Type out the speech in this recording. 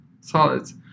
solids